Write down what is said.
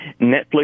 Netflix